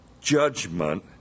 judgment